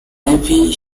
navy